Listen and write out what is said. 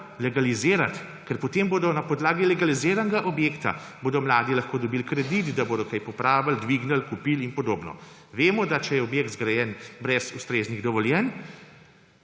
legalizirati, ker potem bodo na podlagi legaliziranega objekta mladi lahko dobili kredit, da bodo kaj popravili, dvignili, kupili in podobno. Vemo, da če je objekt zgrajen brez ustreznih dovoljenj,